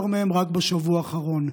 11 מהם רק בשבוע האחרון.